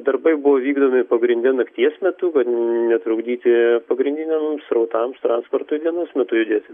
darbai buvo vykdomi pagrinde nakties metu kad netrukdyti pagrindiniem srautams transportui ir dienos metu judėti